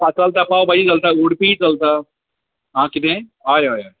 हय चलता पाव भाजी चलता उडपी चलता आं कितें हय हय